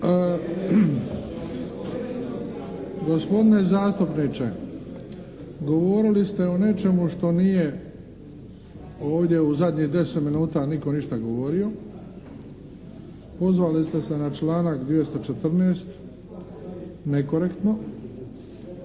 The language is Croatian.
Gospodine zastupniče, govorili ste o nečemu što nije ovdje u zadnjih 10 minuta nitko ništa govorio. Pozvali ste se na članak 214. nekorektno